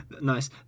Nice